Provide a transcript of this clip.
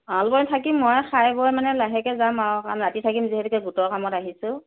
খাই বৈ থাকিম মই খাই বৈ মানে লাহেকৈ যাম আৰু কাৰণ ৰাতি থাকিম যিহেতুকে গোটৰ কামত আহিছোঁ